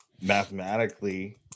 mathematically